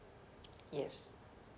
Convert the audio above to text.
yes